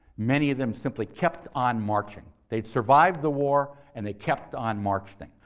many of them simply kept on marching. they'd survived the war and they kept on marching.